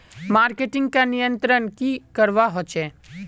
Marketing का नियंत्रण की करवा होचे?